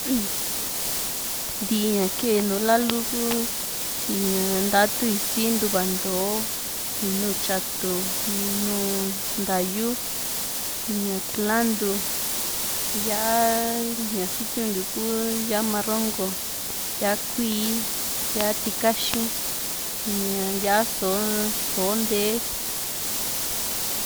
ntii ña kee nu lalu ku ñaa nta tu isi, ntuva ntoo, minu tyatu, minu ntayu, ña kulantu, yá´a ña sitiuntiu ku yá´a marrongo yá´a kuíí, yá´a tikaxi ña yá´a so´o ntee